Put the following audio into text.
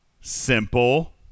simple